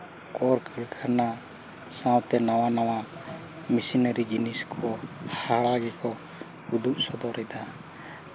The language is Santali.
ᱚᱛ ᱞᱮᱠᱟᱱᱟᱜ ᱥᱟᱶᱛᱮ ᱱᱟᱣᱟ ᱱᱟᱣᱟ ᱢᱮᱹᱥᱤᱱᱟᱨᱤ ᱡᱤᱱᱤᱥ ᱠᱚ ᱦᱟᱦᱟᱲᱟ ᱜᱮᱠᱚ ᱩᱫᱩᱜ ᱥᱚᱫᱚᱨᱮᱫᱟ